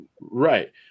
right